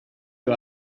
you